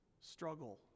struggle